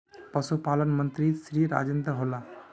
पशुपालन मंत्री श्री राजेन्द्र होला?